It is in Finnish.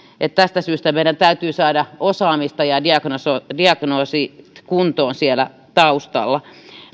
tästä syystä meidän täytyy saada osaamista ja diagnoosi kuntoon siellä taustalla